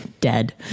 dead